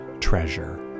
treasure